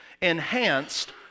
enhanced